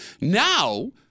now